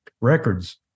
records